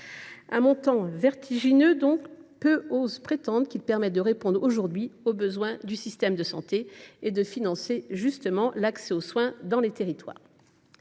un montant vertigineux dont peu de personnes osent prétendre qu’il contribue à répondre aujourd’hui aux besoins du système de santé et à financer justement l’accès aux soins dans les territoires.